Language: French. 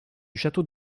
château